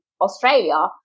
Australia